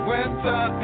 Winter